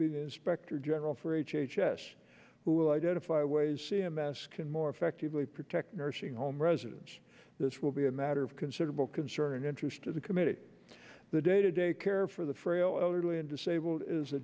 be the inspector general for h h s who will identify ways c m s can more effectively protect nursing home residents this will be a matter of considerable concern and interest to the committee the day to day care for the frail elderly and disabled is a